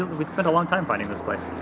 we spent a long time finding this place.